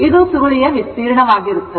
ಇದು ಸುರುಳಿಯ ವಿಸ್ತೀರ್ಣ ಆಗಿರುತ್ತದೆ